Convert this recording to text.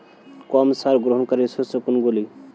কম সার গ্রহণকারী শস্য কোনগুলি?